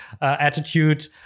attitude